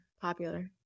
popular